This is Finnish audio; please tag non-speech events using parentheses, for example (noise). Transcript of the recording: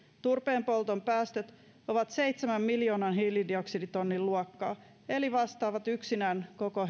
turpeenpolton päästöt ovat seitsemän miljoonan hiilidioksiditonnin luokkaa eli vastaavat yksinään koko (unintelligible)